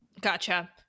gotcha